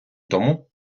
тому